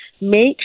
make